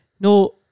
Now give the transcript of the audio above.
No